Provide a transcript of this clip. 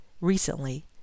recently